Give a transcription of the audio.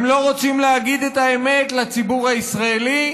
הם לא רוצים להגיד את האמת לציבור הישראלי,